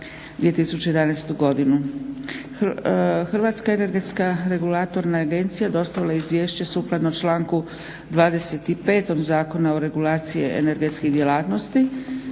Hrvatska energetska regulatorna agencija dostavila je izvješće sukladno članku 25. Zakona o regulaciji energetske djelatnosti.